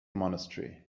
monastery